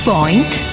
Point